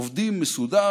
עובדים מסודר,